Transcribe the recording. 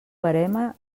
verema